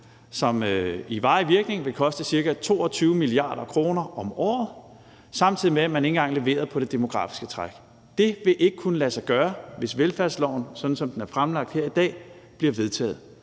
som i varig virkning vil koste ca. 22 mia. kr. om året, samtidig med at man ikke engang leverede på det demografiske træk. Det vil ikke kunne lade sig gøre, hvis velfærdsloven, sådan som den er fremlagt her i dag, bliver vedtaget.